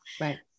right